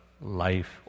life